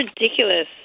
ridiculous